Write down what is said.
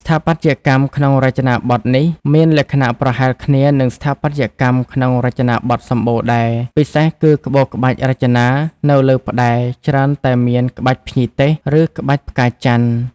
ស្ថាបត្យកម្មក្នុងរចនាប័ទ្មនេះមានលក្ខណៈប្រហែលគ្នានឹងស្ថាបត្យកម្មក្នុងរចនាប័ទ្មសំបូរដែរ ពិសេសគឺក្បូរក្បាច់រចនានៅលើផ្ដែរច្រើនតែមានក្បាច់ភ្ញីទេស ឬក្បាច់ផ្កាចន្ទន៍។